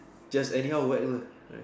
just anyhow whack lah right